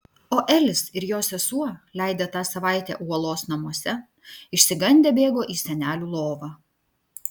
o elis ir jo sesuo leidę tą savaitę uolos namuose išsigandę bėgo į senelių lovą